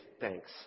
thanks